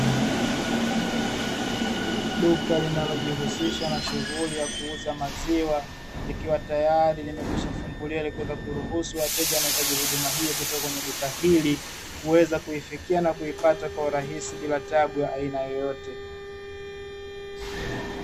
Duka lianalojihusisha na shughuli ya kuuza maziwa, likiwa tayari limekwishafunguliwa ili kuweza kuruhusu wateja wanaohitaji huduma hiyo kutoka kwenye duka hili, kuweza kuifikia na kuipata kwa urahisi bila tabu ya aina yoyote.